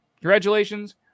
Congratulations